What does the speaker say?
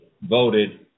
voted